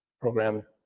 program